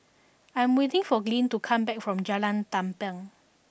I am waiting for Glynn to come back from Jalan Tampang